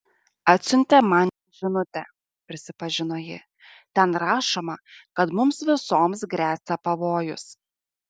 atsiuntė man žinutę prisipažino ji ten rašoma kad mums visoms gresia pavojus